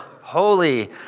holy